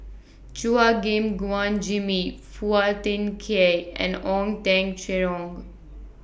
Chua Gim Guan Jimmy Phua Thin Kiay and Ong Teng Cheong